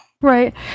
Right